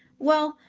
well,